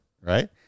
right